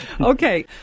Okay